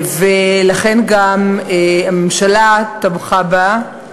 ולכן גם הממשלה תמכה בה,